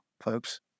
folks